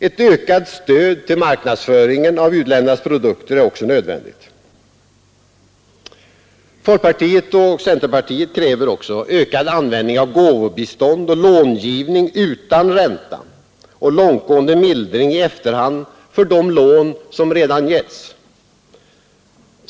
Ett ökat stöd till marknadsföringen av u-ländernas produkter är också nödvändigt. Folkpartiet och centerpartiet kräver också ökad användning av gåvobistånd och långivning utan ränta och en långtgående mildring i efterhand för de lån som redan givits.